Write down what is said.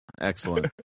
Excellent